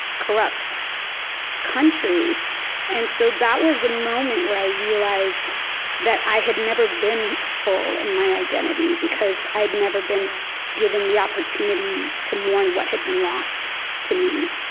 corrupt country and so that was a moment where i realized that i had never been full in my identity, because i had never been given the opportunity to mourn what had been lost to me.